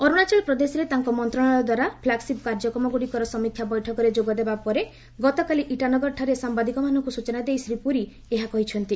ଅରୁଣାଚଳ ପ୍ରଦେଶରେ ତାଙ୍କ ମନ୍ତ୍ରଣାଳୟଦ୍ୱାରା ପ୍ଲାଗ୍ସିପ୍ କାର୍ଯ୍ରକ୍ରମଗୁଡ଼ିକର ସମୀକ୍ଷା ବୈଠକରେ ଯୋଗ ଦେବା ପରେ ଗତକାଲି ଇଟାନଗରଠାରେ ସାମ୍ବାଦିକମାନଙ୍କୁ ସୂଚନା ଦେଇ ଶ୍ରୀ ପୁରୀ ଏହା କହିଛନ୍ତି